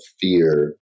fear